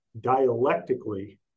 dialectically